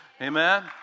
Amen